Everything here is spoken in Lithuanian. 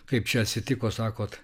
kaip čia atsitiko sakot